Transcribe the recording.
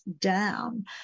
down